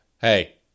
hey